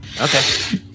okay